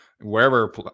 wherever